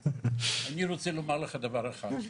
אני רוצה לומר לך דבר אחד.